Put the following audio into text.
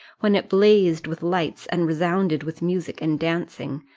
when it blazed with lights, and resounded with music and dancing,